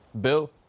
Bill